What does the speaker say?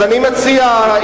אני מציע,